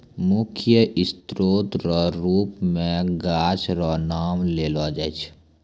मुख्य स्रोत रो रुप मे गाछ रो नाम लेलो जाय छै